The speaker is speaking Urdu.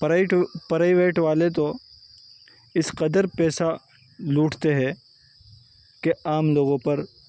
پرائیٹ پرائیویٹ والے تو اس قدر پیسہ لوٹتے ہے کہ عام لوگوں پر